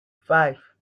five